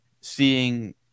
seeing